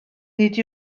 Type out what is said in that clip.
nid